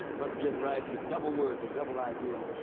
must give rise to double words and double ideals,